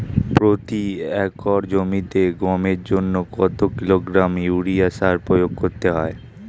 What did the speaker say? প্রতি একর জমিতে গমের জন্য কত কিলোগ্রাম ইউরিয়া সার প্রয়োগ করতে হয়?